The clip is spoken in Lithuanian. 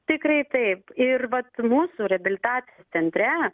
tikrai taip ir vat mūsų reabilitacijos centre